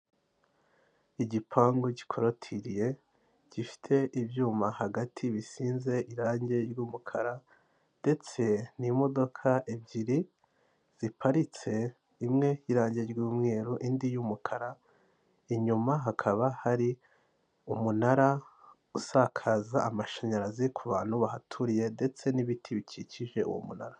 Igipangu gikorotiriye, gifite ibyuma hagati bisize irangi ry'umukara ndetse n'imodoka ebyiri ziparitse, imwe y'irangi ry'umweru, indi y'umukara, inyuma hakaba hari umunara usakaza amashanyarazi ku bantu bahaturiye ndetse n'ibiti bikikije uwo munara.